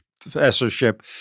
professorship